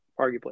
arguably